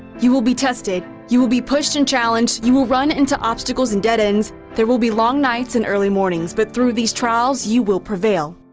you will be tested. you will be pushed and challenged. you will run into obstacles and dead ends. there will be long nights and early mornings, but but through these trials, you will prevail.